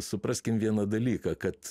supraskim vieną dalyką kad